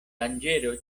danĝero